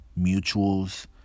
mutuals